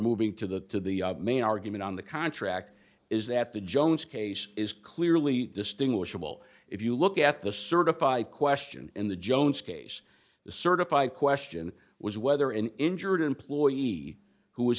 moving to the main argument on the contract is that the jones case is clearly distinguishable if you look at the certified question in the jones case the certified question was whether an injured employee who was